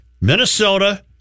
Minnesota